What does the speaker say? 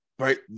right